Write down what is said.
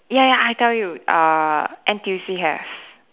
ya ya I tell you err N_T_U_C have